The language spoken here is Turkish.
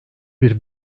bir